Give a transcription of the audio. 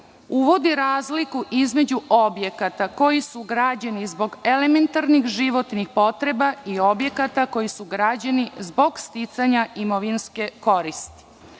uvodi razliku između objekata koji su građeni zbog elementarnih životnih potreba i objekata koji su građeni zbog sticanja imovinske koristi. Članom